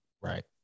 right